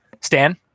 Stan